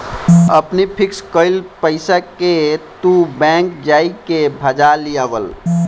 अपनी फिक्स कईल पईसा के तू बैंक जाई के भजा लियावअ